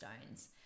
stones